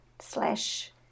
slash